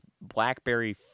blackberry